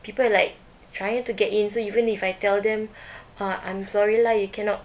people like trying to get in so even if I tell them uh I'm sorry lah you cannot